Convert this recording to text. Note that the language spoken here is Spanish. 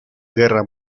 guerra